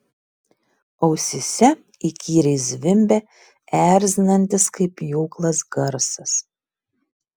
ausyse įkyriai zvimbė erzinantis kaip pjūklas garsas